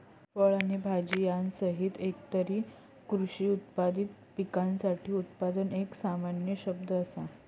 फळ आणि भाजीयांसहित कितीतरी कृषी उत्पादित पिकांसाठी उत्पादन एक सामान्य शब्द असा